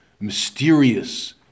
mysterious